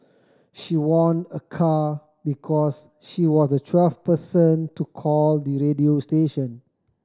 she won a car because she was the twelfth person to call the radio station